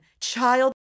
child